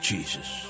Jesus